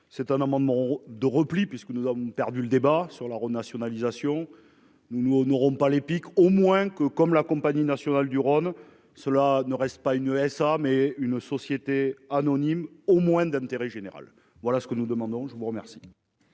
c'est un amendement de repli puisque nous avons perdu le débat sur la renationalisation. Nous, nous n'aurons pas les piques au moins que comme la Compagnie nationale du Rhône. Cela ne reste pas une SA mais une société anonyme au moins d'intérêt général, voilà ce que nous demandons. Je vous remercie.